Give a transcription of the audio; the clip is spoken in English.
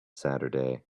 saturday